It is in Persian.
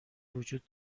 وجود